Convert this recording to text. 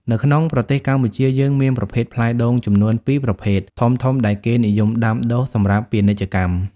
នៅក្នុងប្រទេសកម្ពុជាយើងមានប្រភេទផ្លែដូងចំនួន ២ ប្រភេទ ធំៗដែលគេនិយមដាំដុះសម្រាប់ពាណិជ្ជកម្ម